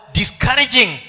discouraging